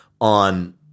on